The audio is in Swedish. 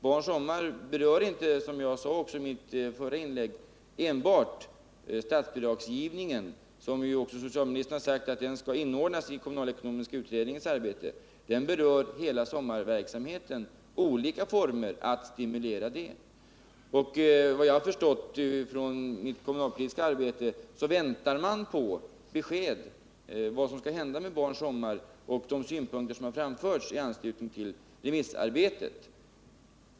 Barns sommar berör, som jag sade i mitt förra inlägg, inte enbart statsbidragsgivningen. Socialministern har ju också sagt att den skall inordnas i kommunalekonomiska utredningens arbete. Den berör ju olika former för att stimulera barnverksamheten. Såvitt jag har kunnat förstå av mitt kommunalpolitiska arbete väntar man på besked om vad som skall hända med Barns sommar och om det som framkommit under remissarbetet.